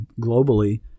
globally